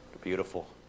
Beautiful